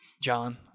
John